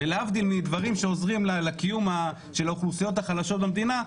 ולהבדיל מדברים שעוזרים לקיום של האוכלוסיות החלשות במדינה,